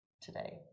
today